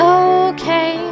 okay